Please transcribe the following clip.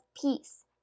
peace